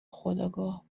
خودآگاه